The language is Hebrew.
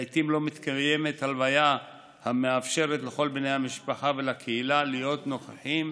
לעיתים לא מתקיימת הלוויה המאפשרת לכל בני המשפחה ולקהילה להיות נוכחים,